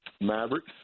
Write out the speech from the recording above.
Mavericks